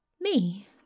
Me